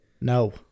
No